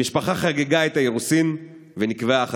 המשפחה חגיגה את האירוסין ונקבעה החתונה.